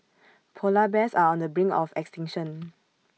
Polar Bears are on the brink of extinction